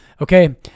okay